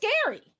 scary